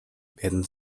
werden